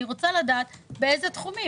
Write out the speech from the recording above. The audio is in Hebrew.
אני רוצה לדעת באילו תחומים.